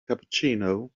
cappuccino